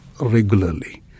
regularly